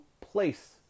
place